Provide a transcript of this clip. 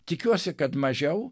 tikiuosi kad mažiau